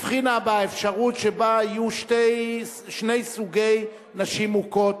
הבחינה באפשרות שבה יהיו שני סוגי נשים מוכות.